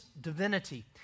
divinity